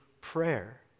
prayer